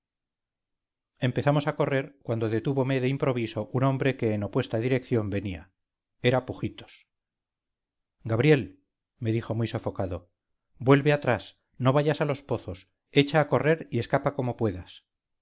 empezamos a correr cuando detúvome de improviso un hombre que en opuesta dirección venía era pujitos gabriel me dijo muy sofocado vuelve atrás no vayas a los pozos echa a correr y escapa como puedas